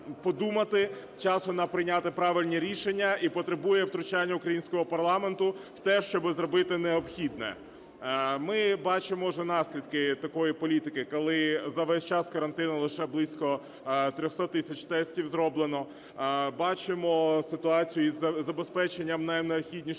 часу прийняти правильні рішення і потребує втручання українського парламенту в те, щоб зробити необхідне. Ми бачимо вже наслідки такої політики, коли за весь час карантину лише близько 300 тисяч тестів зроблено, бачимо ситуацію із забезпеченням найнеобхіднішим